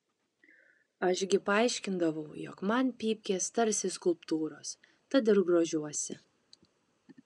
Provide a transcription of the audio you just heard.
aš gi paaiškindavau jog man pypkės tarsi skulptūros tad ir grožiuosi